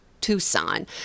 Tucson